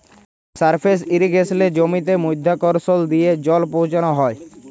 surface ইরিগেসলে জমিতে মধ্যাকরসল দিয়ে জল পৌঁছাল হ্যয়